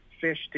fish